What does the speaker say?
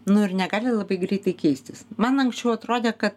nu ir negali labai greitai keistis man anksčiau atrodė kad